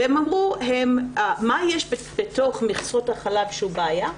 הם אמרו: מה יש בתוך מכסות החלב שהוא בעייתי?